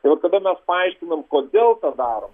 tai vat kada mes paaiškinam kodėl tą darom